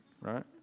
right